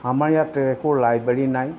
আমাৰ ইয়াত একো লাইব্ৰেৰী নাই